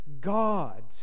God